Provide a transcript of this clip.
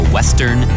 Western